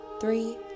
three